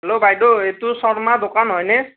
hello বাইদেউ এইটো শৰ্মা দোকান হয়নে